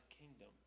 kingdom